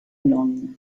non